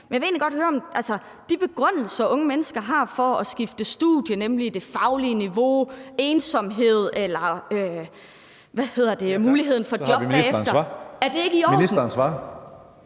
Jeg vil egentlig godt høre: Er de begrundelser, unge mennesker har for at skifte studie, nemlig det faglige niveau, ensomhed eller muligheden for job bagefter, ikke i orden? Kl. 14:35 Tredje næstformand (Karsten